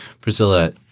Priscilla